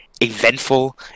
eventful